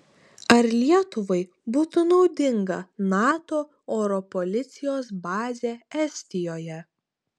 ar lietuvai būtų naudinga nato oro policijos bazė estijoje